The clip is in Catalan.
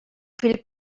fill